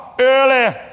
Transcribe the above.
Early